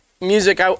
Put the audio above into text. music